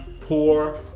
poor